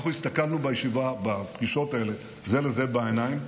אנחנו הסתכלנו בפגישות האלה זה לזה בעיניים,